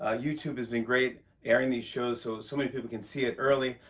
ah youtube has been great airing these shows so so many people can see it early.